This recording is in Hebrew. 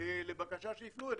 11:00 לבקשה שהפנו אלינו,